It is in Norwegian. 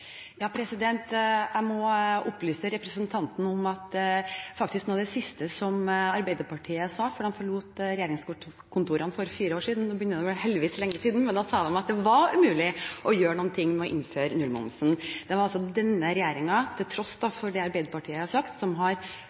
Jeg må opplyse representanten om at faktisk noe av det siste Arbeiderpartiet sa før de forlot regjeringskontorene for fire år siden – det begynner heldigvis å bli lenge siden – var at det var umulig å gjøre noe med hensyn til å innføre nullmomsen. Det er altså denne regjeringen – til tross for det Arbeiderpartiet har sagt – som